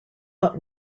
but